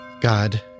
God